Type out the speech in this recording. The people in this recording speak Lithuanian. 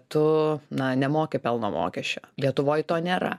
tu na nemoki pelno mokesčio lietuvoj to nėra